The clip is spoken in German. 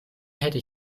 hätte